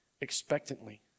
expectantly